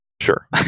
Sure